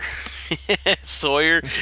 Sawyer